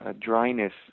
dryness